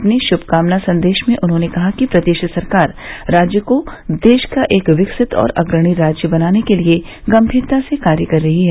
अपने शुभकामना संदेश में उन्होंने कहा कि प्रदेश सरकार राज्य को देश का एक विकसित और अग्रणी राज्य बनाने के लिए गंभीरता से कार्य कर रही है